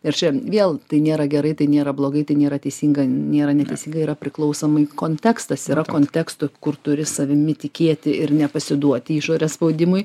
ir čia vėl tai nėra gerai tai nėra blogai tai nėra teisinga nėra neteisinga yra priklausomai kontekstas yra konteksto kur turi savimi tikėti ir nepasiduoti išorės spaudimui